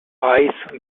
ice